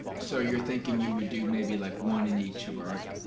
so you're thinking you would do maybe like one in each of our